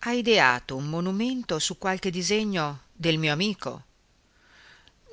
ha ideato un monumento su qualche disegno del mio amico